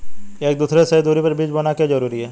एक दूसरे से सही दूरी पर बीज बोना क्यों जरूरी है?